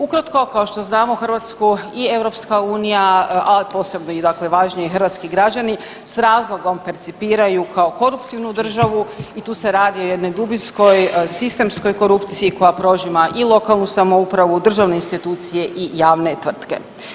Ukratko, kao što znamo, Hrvatsku i EU, a posebno i dakle važniji hrvatski građani, s razlogom percipiraju kao koruptivnu državu i tu se radi o jednoj dubinskoj, sistemskoj korupciji koja prožima i lokalnu samoupravu, državne institucije i javne tvrtke.